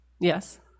Yes